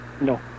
No